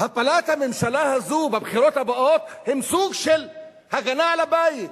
הפלת הממשלה הזאת בבחירות הבאות היא סוג של הגנה על הבית,